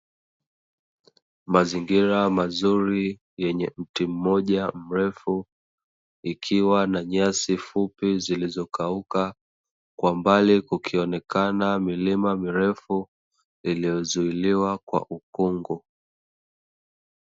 Mazingira mazuri yenye mti mmoja mrefu, ikiwa na nyasi fupi zilizokauka kwa mbali ukionekena milima mirefu, iliyozuiliwa kwa ukungu.